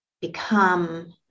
become